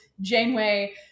Janeway